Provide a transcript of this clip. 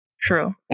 True